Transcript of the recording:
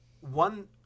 One